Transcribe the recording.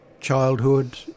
childhood